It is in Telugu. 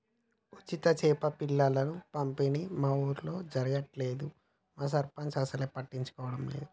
ఉచిత చేప పిల్లల పంపిణీ మా ఊర్లో జరగట్లేదు మా సర్పంచ్ అసలు పట్టించుకోవట్లేదు